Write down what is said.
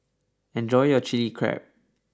enjoy your Chilli Crab